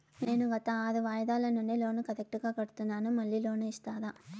నేను గత ఆరు వాయిదాల నుండి లోను కరెక్టుగా కడ్తున్నాను, మళ్ళీ లోను ఇస్తారా?